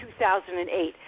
2008